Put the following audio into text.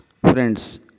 Friends